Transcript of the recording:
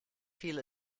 feel